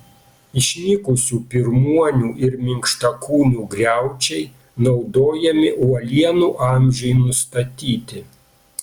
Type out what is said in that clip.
išnykusių pirmuonių ir minkštakūnių griaučiai naudojami uolienų amžiui nustatyti